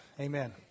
Amen